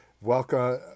Welcome